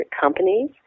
companies